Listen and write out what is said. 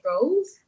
goals